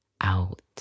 out